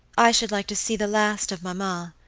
i should like to see the last of mamma,